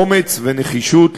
אומץ ונחישות,